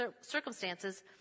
circumstances